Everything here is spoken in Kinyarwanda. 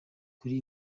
kuri